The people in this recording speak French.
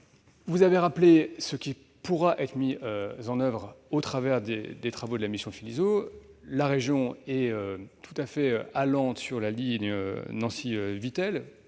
Vous avez rappelé ce qui pourra être mis en oeuvre au travers des travaux de la mission Philizot. La région est tout à fait allante sur la ligne Nancy-Vittel